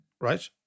right